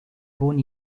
born